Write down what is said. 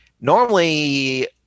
normally